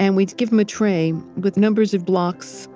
and we'd give him a tray with numbers of blocks,